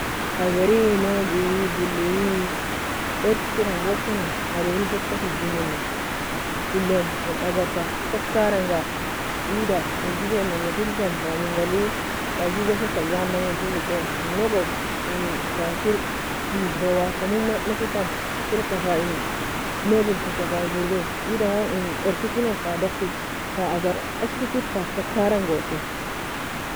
Agari nougi bului orkira'ngokani, ademri fa eska tigjimona, ilon in agarka kakara'nga weada menjikan'nanga firgikani, fa minga alli? Fa ju ghasika jannami sogilton, inogo in fa kir touge hewa samom'nakitani kedika fa in nougin tougka fa gurbae. Wida gon in ourkikenay fa daffi, fa agar ashri kir kakara'ngosi.